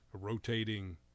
rotating